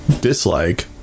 dislike